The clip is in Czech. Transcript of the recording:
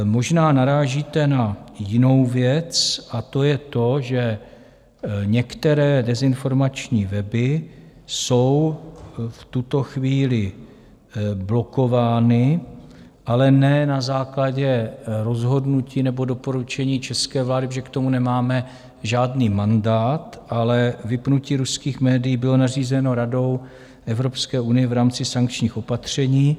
Možná narážíte na jinou věc, a to je to, že některé dezinformační weby jsou v tuto chvíli blokovány, ale ne na základě rozhodnutí nebo doporučení české vlády, protože k tomu nemáme žádný mandát, ale vypnutí ruských médií bylo nařízeno Radou Evropské unie v rámci sankčních opatření.